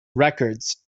records